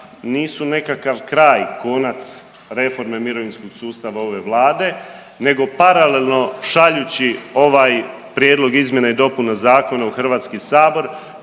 nisu nekakav kraj, konac reforme mirovinskog sustava ove vlade nego paralelno šaljući ovaj prijedlog izmjena i dopuna zakona u HS poslali smo